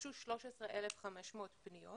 הוגשו 13,500 פניות